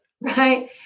Right